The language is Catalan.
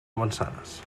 avançades